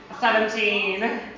Seventeen